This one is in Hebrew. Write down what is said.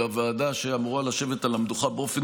אלא ועדה שאמורה לשבת על המדוכה באופן